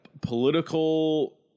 political